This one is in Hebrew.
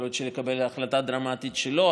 יכול להיות שלקבל החלטה דרמטית שלא,